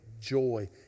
joy